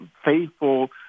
faithful